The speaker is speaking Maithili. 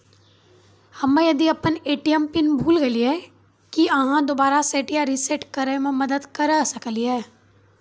हम्मे यदि अपन ए.टी.एम पिन भूल गलियै, की आहाँ दोबारा सेट या रिसेट करैमे मदद करऽ सकलियै?